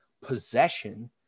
possession